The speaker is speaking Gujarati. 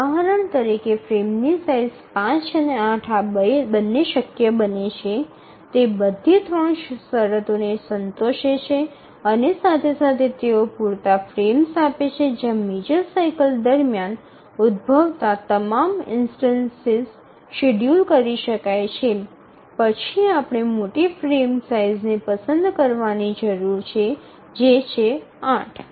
ઉદાહરણ તરીકે ફ્રેમની સાઇઝ ૫ અને ૮ આ બંને શક્ય છે તે બધી 3 શરતોને સંતોષે છે અને સાથે સાથે તેઓ પૂરતા ફ્રેમ્સ આપે છે જ્યાં મેજર સાઇકલ દરમિયાન ઉદ્ભવતા તમામ ઇન્સ્ટનસિસ શેડ્યૂલ કરી શકાય છે પછી આપણે મોટી ફ્રેમ સાઇઝ ને પસંદ કરવાની જરૂર છે જે છે ૮